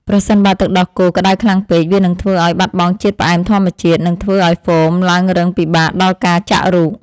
ប្រសិនបើទឹកដោះគោក្តៅខ្លាំងពេក វានឹងធ្វើឱ្យបាត់បង់ជាតិផ្អែមធម្មជាតិ និងធ្វើឱ្យហ្វូមឡើងរឹងពិបាកដល់ការចាក់រូប។